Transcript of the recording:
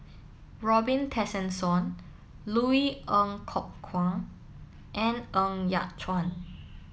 Robin Tessensohn Louis Ng Kok Kwang and Ng Yat Chuan